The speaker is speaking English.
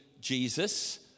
Jesus